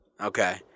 Okay